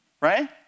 right